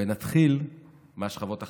ונתחיל מהשכבות החלשות,